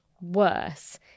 worse